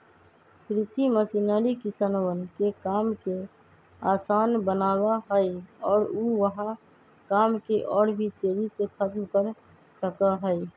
कृषि मशीनरी किसनवन के काम के आसान बनावा हई और ऊ वहां काम के और भी तेजी से खत्म कर सका हई